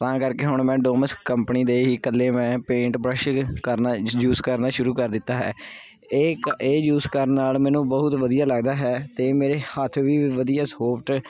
ਤਾਂ ਕਰਕੇ ਹੁਣ ਮੈਂ ਡੋਮਸ ਕੰਪਨੀ ਦੇ ਹੀ ਇਕੱਲੇ ਮੈਂ ਪੇਂਟ ਬਰਸ਼ ਕਰਨਾ ਜੂ ਯੂਸ ਕਰਨਾ ਸ਼ੁਰੂ ਕਰ ਦਿੱਤਾ ਹੈ ਇਹ ਇਕ ਇਹ ਯੂਸ ਕਰਨ ਨਾਲ ਮੈਨੂੰ ਬਹੁਤ ਵਧੀਆ ਲੱਗਦਾ ਹੈ ਅਤੇ ਮੇਰੇ ਹੱਥ ਵੀ ਵਧੀਆ ਸੋਫਟ